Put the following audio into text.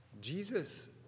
Jesus